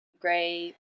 gray